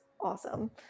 awesome